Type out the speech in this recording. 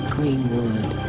Greenwood